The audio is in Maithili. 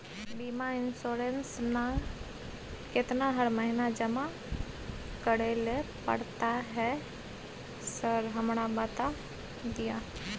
बीमा इन्सुरेंस ना केतना हर महीना जमा करैले पड़ता है सर हमरा बता दिय?